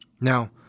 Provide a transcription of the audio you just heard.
Now